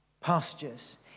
pastures